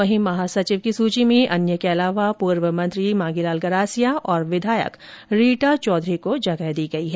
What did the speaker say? वहीं महासचिव की सुची में अन्य के अलावा पूर्व मंत्री मांगीलाल गरासिया और विधायक रीटा चौधरी को जगह दी गई है